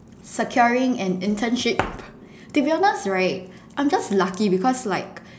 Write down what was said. securing an internship to be honest right I'm just lucky because like